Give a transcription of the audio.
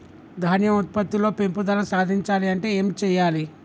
ధాన్యం ఉత్పత్తి లో పెంపుదల సాధించాలి అంటే ఏం చెయ్యాలి?